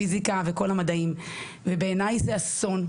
פיסיקה וכל המדעים ובעיניי זה אסון,